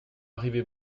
arrivez